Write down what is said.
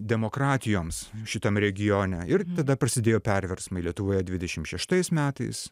demokratijoms šitam regione ir tada prasidėjo perversmai lietuvoje dvidešim šeštais metais